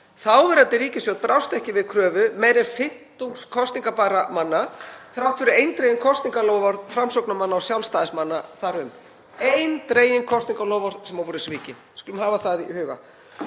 Þáverandi ríkisstjórn brást ekki við kröfu meira en fimmtungs kosningarbærra manna, þrátt fyrir eindregin kosningaloforð Framsóknarmanna og Sjálfstæðismanna þar um, eindregin kosningaloforð sem voru svikin, við skulum hafa það í huga.